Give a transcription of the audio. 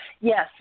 yes